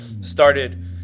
started